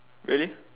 really